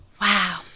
Wow